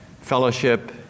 fellowship